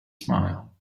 smile